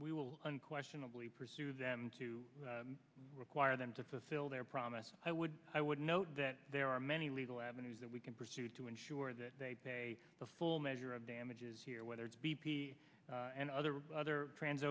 we will unquestionably pursue them to require them to fulfill their promise i would i would note that there are many legal avenues that we can pursue to ensure that they pay the full measure of damages here whether it's b p and other or other trans